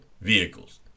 vehicles